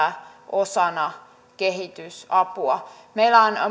osana kehitysapua meillä on